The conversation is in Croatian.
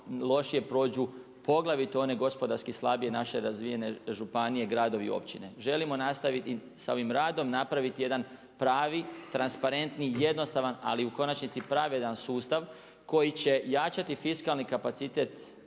lošije prođu poglavito one gospodarski slabije naše razvijene županije gradovi i općine. Želimo nastaviti sa ovim radom, napraviti jedan pravi, transparentni jednostavan, ali u konačnici pravedan sustav koji će jačati fiskalni kapacitet